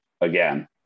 again